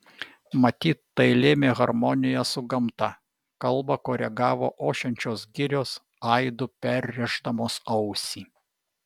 matyt tai lėmė harmonija su gamta kalbą koregavo ošiančios girios aidu perrėždamos ausį